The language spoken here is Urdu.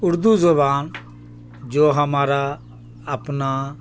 اردو زبان جو ہمارا اپنا